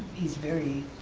he's very,